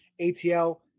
ATL